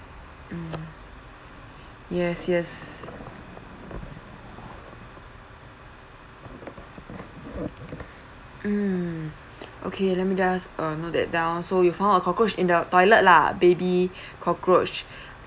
ah yes yes mm okay let me just uh note that down so you found a cockroach in the toilet lah baby cockroach